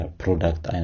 product